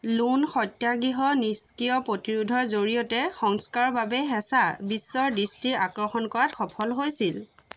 loan সত্যাগ্ৰিহ নিষ্ক্ৰিয় প্ৰতিৰোধৰ জৰিয়তে সংস্কাৰৰ বাবে হেঁচা বিশ্বৰ দৃষ্টি আকৰ্ষণ কৰাত সফল হৈছিল